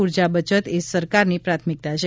ઉર્જા બચત એ સરકારની પ્રાથમિકતા છે